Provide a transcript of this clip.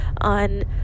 on